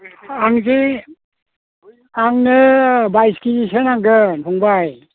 आंजे आंनो बाइस केजिसो नांगोन फंबाइ